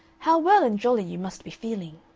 how well and jolly you must be feeling.